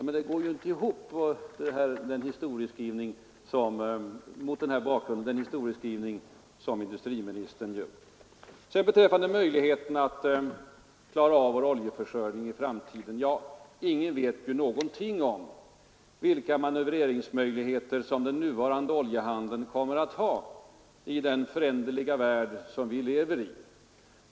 Mot den här bakgrunden går ju industriministerns historieskrivning inte ihop. Sedan beträffande möjligheten att klara av vår oljeförsörjning i framtiden. Ingen vet ju någonting om vilka manövreringsmöjligheter som den nuvarande oljehandeln kommer att ha i den föränderliga värld vi lever i.